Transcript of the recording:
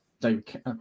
David